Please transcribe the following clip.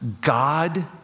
God